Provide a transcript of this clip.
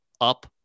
Up